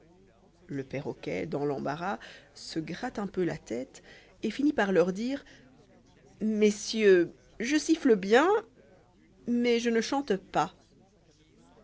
le perroquet dans l'embarras se gratte an peu la tête et finit par leur dire messieurs je siffle bien mais jerne chante pas